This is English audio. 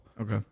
Okay